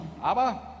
aber